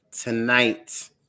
tonight